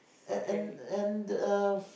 and and and the